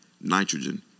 nitrogen